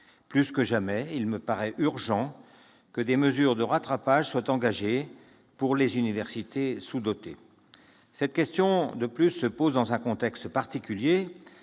Plus que jamais, il me paraît urgent que des mesures de rattrapage soient engagées pour les universités sous-dotées. Au reste, cette question se pose dans un contexte particulier.